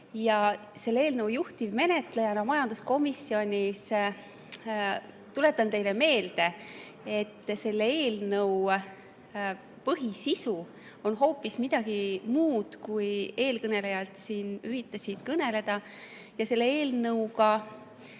ja selle eelnõu juhtivmenetlejana majanduskomisjonis tuletan teile meelde, et selle eelnõu põhisisu on hoopis midagi muud, kui eelkõnelejad siin üritasid rääkida. Selle eelnõuga